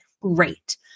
great